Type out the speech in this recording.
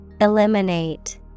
Eliminate